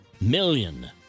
million